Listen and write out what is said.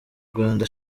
rwanda